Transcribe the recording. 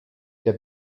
der